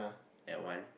at one